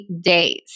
days